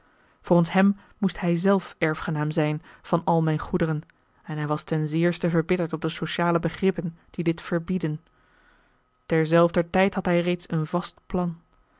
volgens hem moest hij zelf erfgenaam zijn van al mijn goederen en hij was ten zeerste verbitterd op de sociale begrippen die dit verbieden terzelfder tijd had hij reeds een vast plan